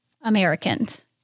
Americans